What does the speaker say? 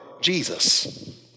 Jesus